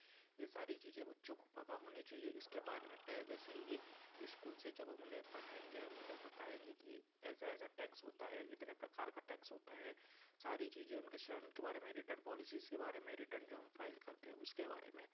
यह सारी चीज़ें बच्चों को पता होनी चाहिए इसके बारे में पहले से ही इस्कूल से जब हम उन्हें पढ़ाएँगे हम उन्हें बताएँगे कि ऐसा ऐसा टैक्स होता है इतने प्रकार का टैक्स होता है सारी चीज़ें उनके श्रण के बारे में रिटर्न पॉलिसीज़ के बारे में रिटर्न जो हम फाइल करते हैं उसके बारे में